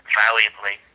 valiantly